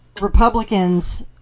Republicans